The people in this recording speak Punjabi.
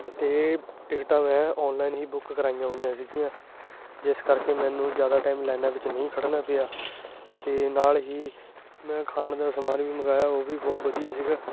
ਅਤੇ ਟਿਕਟਾਂ ਮੈਂ ਔਨਲਾਈਨ ਹੀ ਬੁੱਕ ਕਰਵਾਈਆਂ ਹੋਈਆਂ ਸੀਗੀਆਂ ਜਿਸ ਕਰਕੇ ਮੈਨੂੰ ਜ਼ਿਆਦਾ ਟਾਈਮ ਲੈਨਾ ਵਿੱਚ ਨਹੀਂ ਖੜ੍ਹਨਾ ਪਿਆ ਅਤੇ ਨਾਲ ਹੀ ਮੈਂ ਖਾਣ ਦਾ ਸਮਾਨ ਵੀ ਮੰਗਾਇਆ ਉਹ ਵੀ ਬਹੁਤ ਵਧੀਆ ਸੀਗਾ